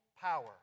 power